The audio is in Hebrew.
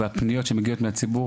והפניות שמגיעות מהציבור